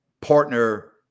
partner